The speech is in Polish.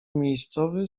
miejscowy